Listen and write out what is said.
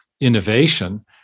innovation